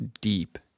deep